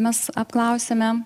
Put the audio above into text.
mes apklausėme